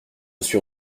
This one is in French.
suis